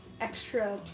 Extra